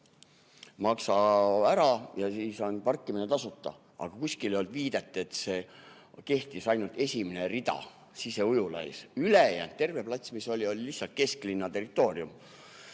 maksa ära ja siis on parkimine tasuta. Aga kuskil ei olnud viidet, et see kehtis ainult esimese rea kohta siseujulas. Ülejäänud osa, tervet platsi, mis seal oli, loeti lihtsalt kesklinna territooriumiks.